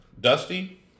Dusty